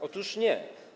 Otóż nie.